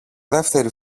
δεύτερη